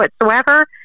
whatsoever